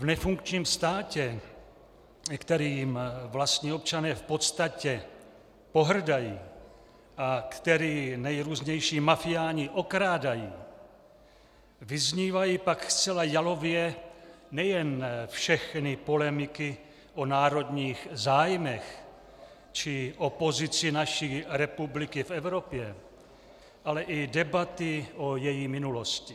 V nefunkčním státě, kterým vlastní občané v podstatě pohrdají a který nejrůznější mafiáni okrádají, vyznívají pak zcela jalově nejen všechny polemiky o národních zájmech či o pozici naší republiky v Evropě, ale i debaty o její minulosti.